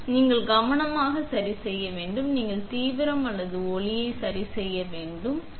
மற்றும் நீங்கள் கவனம் சரிசெய்ய முடியும் மற்றும் நீங்கள் தீவிரம் அல்லது ஒளி சரிசெய்ய முடியும்